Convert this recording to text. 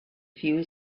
few